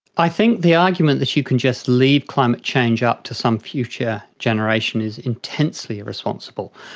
i think the argument that you can just leave climate change up to some future generation is intensely irresponsible.